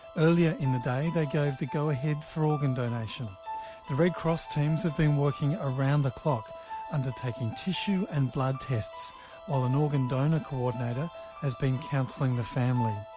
earlier in the day they gave the go ahead for organ donation, the red cross teams have been working around the clock undertaking tissue and blood tests while an organ donor co-ordinator has been counselling the family.